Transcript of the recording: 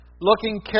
Looking